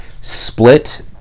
split